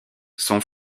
son